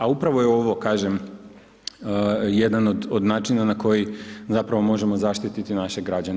A upravo je ovo kažem jedan od načina na koji zapravo možemo zaštiti naše građane.